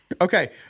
Okay